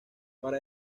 para